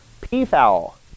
Peafowl